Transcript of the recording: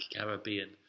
caribbean